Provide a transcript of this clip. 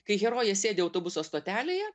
kai herojė sėdi autobuso stotelėje